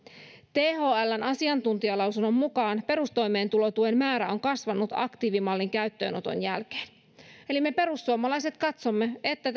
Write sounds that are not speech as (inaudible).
thln asiantuntijalausunnon mukaan perustoimeentulotuen määrä on kasvanut aktiivimallin käyttöönoton jälkeen me perussuomalaiset katsomme että (unintelligible)